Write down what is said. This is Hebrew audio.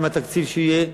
עם התקציב שיהיה.